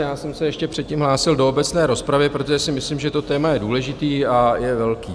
Já jsem se ještě předtím hlásil do obecné rozpravy, protože si myslím, že to téma je důležité a je velké.